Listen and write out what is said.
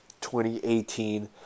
2018